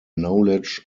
knowledge